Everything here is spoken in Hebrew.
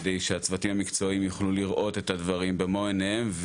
כדי שהצוותים המקצועיים יוכלו לראות את הדברים במו עיניהם,